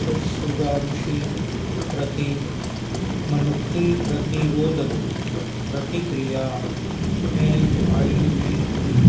ਸੁਤਸੁਗਾਮੁਸ਼ੀ ਪ੍ਰਤੀ ਮਨੁੱਖੀ ਪ੍ਰਤੀਰੋਧਕ ਪ੍ਰਤੀਕਿਰਿਆ ਐੱਚ ਆਈ ਵੀ ਦੀ